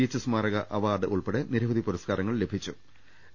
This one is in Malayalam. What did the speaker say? എച്ച് സ്മാരക അവാർഡുകൾ ഉൾപ്പെടെ നിരവധി പുരസ്കാരങ്ങൾ ലഭിച്ചിട്ടുണ്ട്